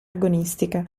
agonistica